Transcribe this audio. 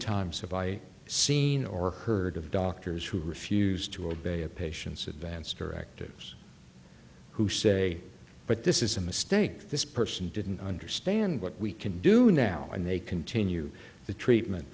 times have i seen or heard of doctors who refuse to obey a patient's advanced directives who say but this is a mistake this person didn't understand what we can do now and they continue the treatment